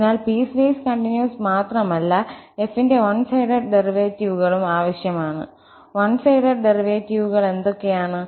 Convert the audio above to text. അതിനാൽ piecewise continuous മാത്രമല്ല f ന്റെ വൺ സൈഡഡ് ഡെറിവേറ്റീവുകളും ആവശ്യമാണ് വൺ സൈഡഡ് ഡെറിവേറ്റീവുകൾ എന്തൊക്കെയാണ്